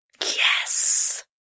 Yes